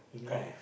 okay